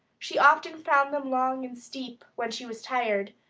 she often found them long and steep when she was tired,